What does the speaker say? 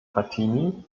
frattini